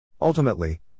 Ultimately